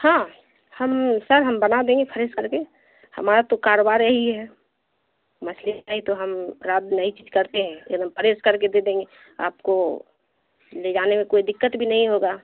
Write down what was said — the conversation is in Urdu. ہاں ہم سر ہم بنا دیں گے پھریس کر کے ہمارا تو کاروبار یہی ہے مچھلی آئی تو ہم اب نئی چیز کرتے ہیں ایک دم فریس کر کے دے دیں گے آپ کو لے جانے میں کوئی دقت بھی نہیں ہوگا